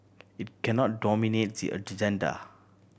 it cannot dominate the agenda